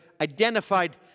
identified